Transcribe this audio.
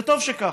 וטוב שכך,